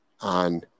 on